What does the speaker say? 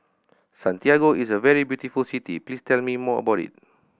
Santiago is a very beautiful city please tell me more about it